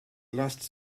lasted